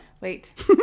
Wait